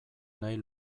nahi